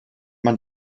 man